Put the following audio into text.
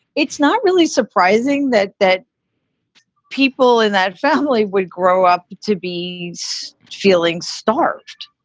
it's not really surprising that that people in that family would grow up to be feeling starved.